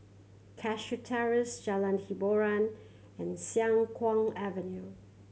Cashew Terrace Jalan Hiboran and Siang Kuang Avenue